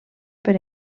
per